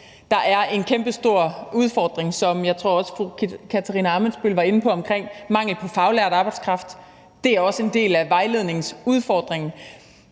Der er en kæmpestor udfordring, som jeg også tror fru Katarina Ammitzbøll var inde på, omkring mangel på faglært arbejdskraft. Det er også en del af vejledningsudfordringen.